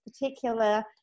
particular